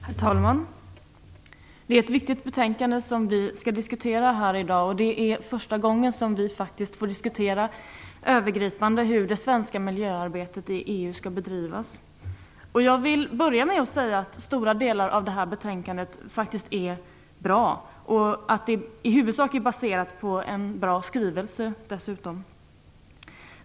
Herr talman! Det är ett viktigt betänkande som vi diskuterar här i dag, och det är faktiskt första gången som vi övergripande får diskutera hur det svenska miljöarbetet i EU skall bedrivas. Jag vill börja med att säga att stora delar av detta betänkande faktiskt är bra och att det dessutom i huvudsak är baserat på en bra skrivelse.